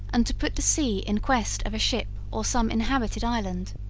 and to put to sea in quest of a ship or some inhabited island.